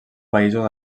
països